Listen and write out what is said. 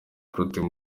protais